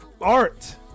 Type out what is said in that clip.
art